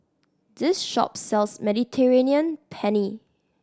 this shop sells Mediterranean Penne